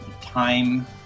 time